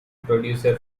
producer